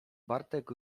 bartek